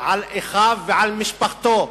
על אחיו ועל משפחתו.